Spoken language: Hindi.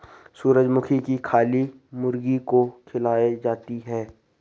सूर्यमुखी की खली मुर्गी को खिलाई जाती है